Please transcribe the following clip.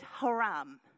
haram